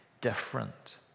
different